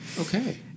Okay